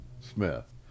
Smith